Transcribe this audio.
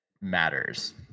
matters